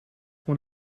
one